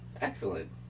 Excellent